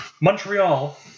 Montreal